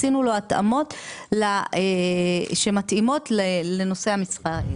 עשינו לו התאמות שמתאימות לנושא המשרה.